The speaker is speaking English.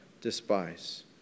despise